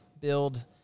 build